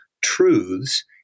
truths